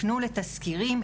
הפנו לתסקירים,